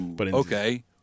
Okay